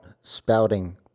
spouting